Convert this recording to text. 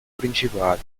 principali